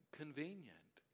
convenient